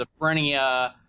schizophrenia